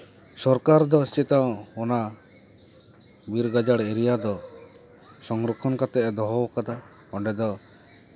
ᱥᱚᱨᱠᱟᱨ ᱫᱚ ᱪᱮᱛᱟ ᱚᱱᱟ ᱵᱤᱨ ᱜᱟᱡᱟᱲ ᱮᱨᱤᱭᱟ ᱫᱚ ᱥᱚᱝᱨᱚᱠᱠᱷᱚᱱ ᱠᱟᱛᱮ ᱫᱚᱦᱚ ᱠᱟᱫᱟ ᱚᱸᱰᱮ ᱫᱚ